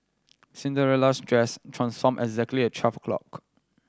Cinderella's dress transformed exactly at twelve o'clock